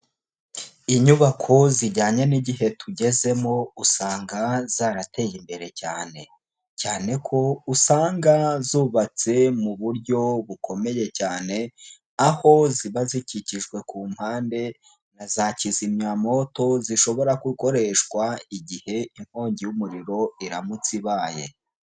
Inyubako zijyanye n'igihe tugezemo usanga zarateye imbere cyane. Cyane ko usanga zubatse mu buryo bukomeye cyane, aho ziba zikikijwe ku mpande na za kizimyamwoto zishobora gukoreshwa igihe inkongi y'umuriro iramutse ibaye.